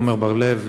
עמר בר-לב,